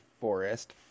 forest